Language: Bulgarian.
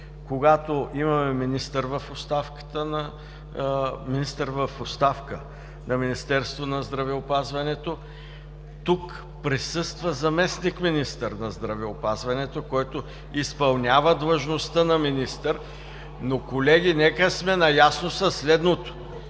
когато имаме министър в оставка – на Министерството на здравеопазването – тук присъства заместник-министър на здравеопазването, който изпълнява длъжността на министър. Колеги, нека сме наясно със следното: